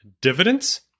dividends